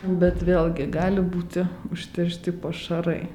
bet vėlgi gali būti užteršti pašarai